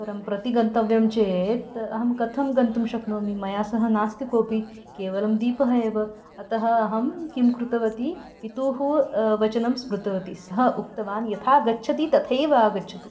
परं प्रति गन्तव्यं चेत् अहं कथं गन्तुं शक्नोमि मया सह नास्ति कोऽपि केवलं दीपः एव अतः अहं किं कृतवती पितोः वचनं स्मृतवती सः उक्तवान् यथा गच्छति तथैव आगच्छतु